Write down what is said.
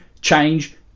change